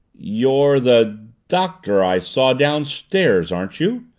you're the doctor i saw downstairs aren't you?